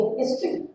history